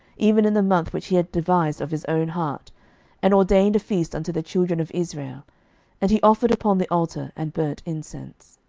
even in the month which he had devised of his own heart and ordained a feast unto the children of israel and he offered upon the altar, and burnt incense.